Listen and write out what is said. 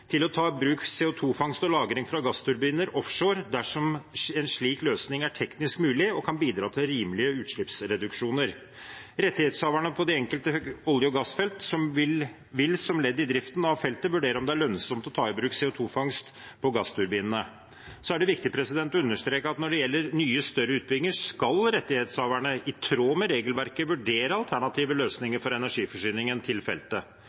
til å ta i bruk CO 2 -fangst og -lagring fra gassturbiner offshore dersom en slik løsning er teknisk mulig og kan bidra til rimelige utslippsreduksjoner. Rettighetshaverne på de enkelte olje- og gassfelt vil som ledd i driften av feltet vurdere om det er lønnsomt å ta i bruk CO 2 -fangst på gassturbinene. Det er viktig å understreke at når det gjelder nye større utbygginger, skal rettighetshaverne i tråd med regelverket vurdere alternative løsninger for energiforsyningen til feltet.